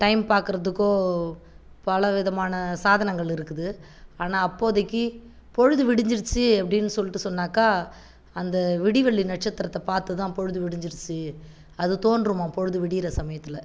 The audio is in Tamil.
டைம் பார்க்கறத்துக்கோ பலவிதமான சாதனங்கள் இருக்குது ஆனால் அப்போதைக்கு பொழுது விடிஞ்சிருச்சு அப்படின்னு சொல்லிவிட்டு சொன்னாக்கா அந்த விடிவெள்ளி நட்சத்திரத்தை பார்த்துதான் பொழுது விடிஞ்சிடுச்சு அது தோன்றுமா பொழுது விடியிற சமயத்தில்